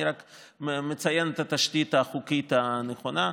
אני רק מציין את התשתית החוקית הנכונה.